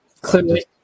Clearly